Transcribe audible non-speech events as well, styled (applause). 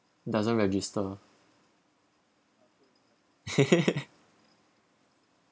doesn't register (laughs)